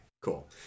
cool